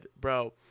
bro